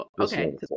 okay